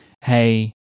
hey